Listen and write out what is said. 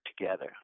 together